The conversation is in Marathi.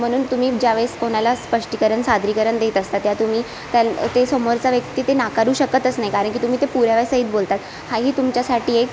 म्हणून तुम्ही ज्यावेळेस कोणाला स्पष्टीकरण सादरीकरण देत असता त्या तुम्ही ते समोरचा व्यक्ती ते नाकारू शकतच नाही कारण की तुम्ही ते पुराव्यासहित बोलतात हाही तुमच्यासाठी एक